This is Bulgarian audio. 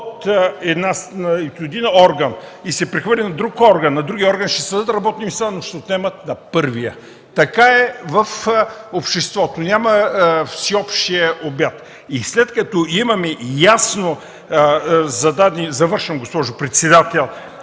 от един орган и се прехвърли на друг орган – на другия орган ще се дадат работни места, но ще се отнемат на първия. Така е в обществото – няма всеобщ обяд. След като имаме ясно зададени (председателят